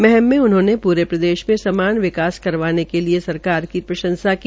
महम में उन्होंने पूरे प्रदेश में समान विकास करवाने के लिए सरकार की प्रंशसा की